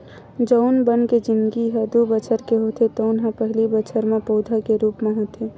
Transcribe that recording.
जउन बन के जिनगी ह दू बछर के होथे तउन ह पहिली बछर म पउधा के रूप म होथे